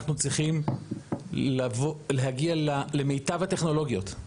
אנחנו צריכים להגיע למיטב הטכנולוגיות.